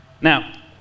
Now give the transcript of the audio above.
Now